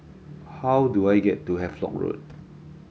how do I get to Havelock Road